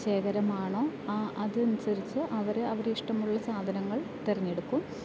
ശേഖരമാണോ ആ അതനുസരിച്ച് അവർ അവർ ഇഷ്ടമുള്ള സാധനങ്ങൾ തെരഞ്ഞെടുക്കും